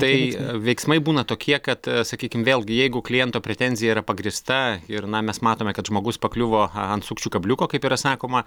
tai veiksmai būna tokie kad sakykim vėlgi jeigu kliento pretenzija yra pagrįsta ir na mes matome kad žmogus pakliuvo a ant sukčių kabliuko kaip yra sakoma